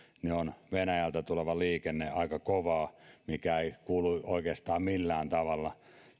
on venäjältä tuleva liikenne aika kovaa mikä ei kuulu oikeastaan millään tavalla